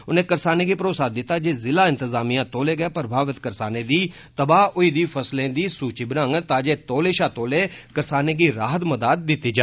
उनें करसानें गी भरोसा दित्ता जे जिला इंतजामियां तौले गै प्रभावित करसानें दी तबाह होई दी फसलें दी सूची बनांडन तां जे तौले षा तौले करसानें गी राह्त मदाद दित्ती जा